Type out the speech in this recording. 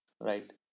Right